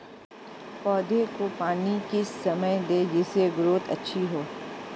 पौधे को पानी किस समय दें जिससे ग्रोथ अच्छी हो?